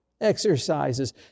exercises